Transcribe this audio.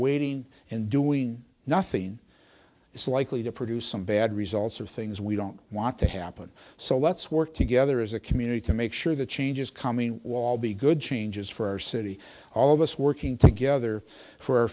waiting and doing nothing is likely to produce some bad results or things we don't want to happen so let's work together as a community to make sure the changes coming wall be good changes for our city all of us working together for our